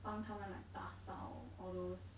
帮他们 like 打扫 all those